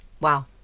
Wow